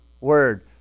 word